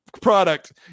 product